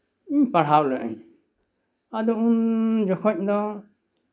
ᱤᱧ ᱯᱟᱲᱦᱟᱣ ᱞᱮᱫ ᱟᱹᱧ ᱟᱫᱚ ᱩᱱ ᱡᱚᱠᱷᱚᱡ ᱫᱚ